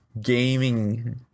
gaming